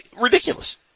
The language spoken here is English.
Ridiculous